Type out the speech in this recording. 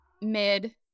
mid